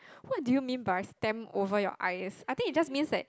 what do you mean by stamps over your eyes I think it just means that